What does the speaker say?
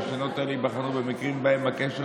הרישיונות האלה ייבחנו במקרים שבהם הקשר